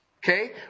Okay